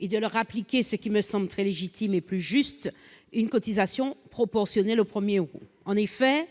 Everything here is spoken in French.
et à leur appliquer, ce qui me semble plus juste, une cotisation proportionnelle au premier euro. En effet,